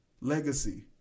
legacy